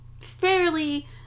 fairly